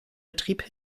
betrieb